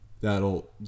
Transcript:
that'll